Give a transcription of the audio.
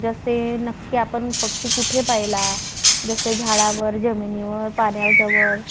जसे नक्की आपण पक्षी कुठे पाहिला जसे झाडावर जमिनीवर पाण्याजवळ